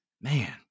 Man